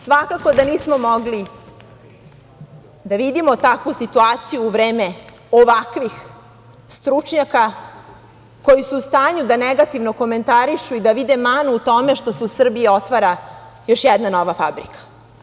Svakako da nismo mogli da vidimo takvu situaciju u vreme ovakvih stručnjaka, koji su u stanju da negativno komentarišu i da vide manu u tome što se u Srbiji otvara još jedna nova fabrika.